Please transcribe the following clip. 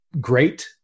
great